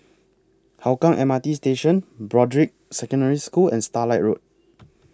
Hougang M R T Station Broadrick Secondary School and Starlight Road